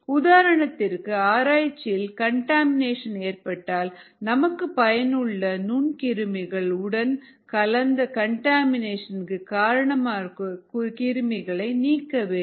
உதாரணத்திற்கு ஆராய்ச்சியில் கண்டமினேஷன் ஏற்பட்டால் நமக்கு பயனுள்ள நுண்கிருமிகள் உடன் கலந்த கண்டமினேஷனுக்கு காரணமாக இருக்கும் கிருமிகளை நீக்க வேண்டும்